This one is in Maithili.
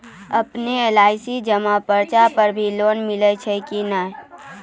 आपन एल.आई.सी जमा पर्ची पर भी लोन मिलै छै कि नै?